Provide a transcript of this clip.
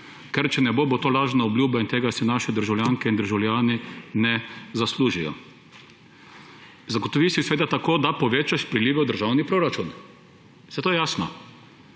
ker če ne bo, bo to lažna obljuba; in tega si naši državljanke in državljani ne zaslužijo. Zagotovi se seveda tako, da povečaš prilive v državni proračun. Saj to je jasno.